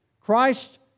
Christ